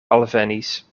alvenis